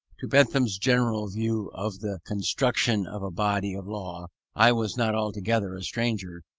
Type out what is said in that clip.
to bentham's general view of the construction of a body of law i was not altogether a stranger,